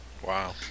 Wow